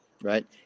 right